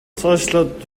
цаашлаад